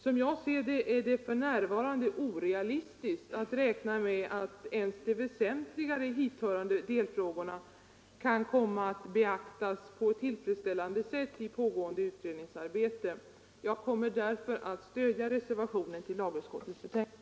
Som jag ser det är det orealistiskt att för närvarande räkna med att ens de väsentligare delfrågorna kan komma att beaktas på ett tillfredsställande sätt i pågående utredningsarbete. Jag kommer därför att stödja reservationen till lagutskottets betänkande.